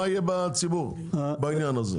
מה יהיה בציבור בנושא הזה.